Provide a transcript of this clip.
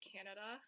Canada